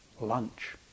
lunch